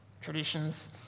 traditions